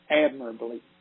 admirably